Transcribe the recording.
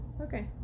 Okay